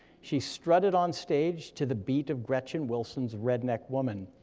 she strutted on stage to the beat of gretchen wilson's redneck woman,